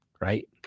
right